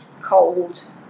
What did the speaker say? cold